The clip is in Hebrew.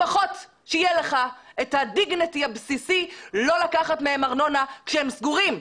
לפחות שיהיה לך את הדיגניטי הבסיסי לא לקחת מהם ארנונה כשהם סגורים,